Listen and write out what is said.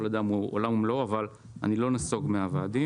כל אדם הוא עולם ומלואו, ואני לא נסוג מהיעדים.